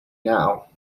now